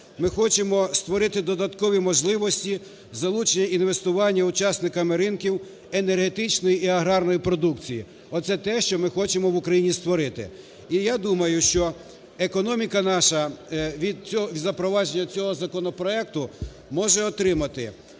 Ми хочемо створити додаткові можливості залучення інвестування учасниками ринків енергетичної і аграрної продукції, оце те, що ми хочемо в Україні створити. І я думаю, що економіка наша від запровадження цього законопроекту може отримати,